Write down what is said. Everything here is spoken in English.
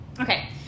Okay